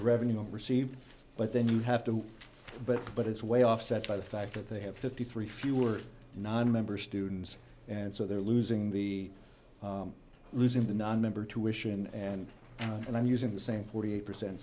revenue received but then you have to but but it's way offset by the fact that they have fifty three fewer nonmember students and so they're losing the losing the nonmember tuition and and i'm using the same forty eight percent